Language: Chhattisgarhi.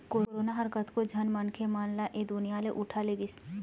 करोना ह कतको झन मनखे मन ल ऐ दुनिया ले उठा लेगिस